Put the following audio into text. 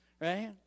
right